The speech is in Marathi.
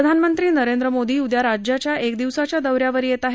प्रधानमंत्री नरेंद्र मोदी उद्या राज्याच्या एक दिवसाच्या दौऱ्यावर येत आहेत